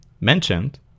mentioned